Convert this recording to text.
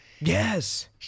Yes